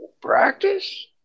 Practice